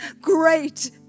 Great